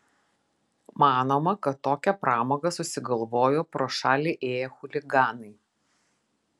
manoma kad tokią pramogą susigalvojo pro šalį ėję chuliganai